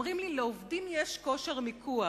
אומרים לי: לעובדים יש כושר מיקוח.